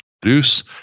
produce